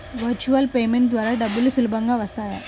Virtual payment ద్వారా డబ్బులు సులభంగా వస్తాయా?